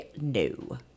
no